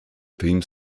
theme